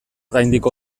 gaindiko